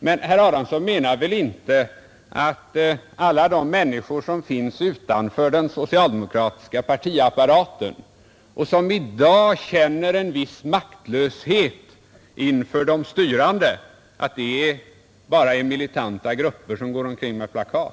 Men herr Adamsson menar väl inte att alla de människor, som finns utanför den socialdemokratiska partiapparaten och som i dag känner en viss maktlöshet inför de styrande, bara är militanta grupper som går omkring med plakat?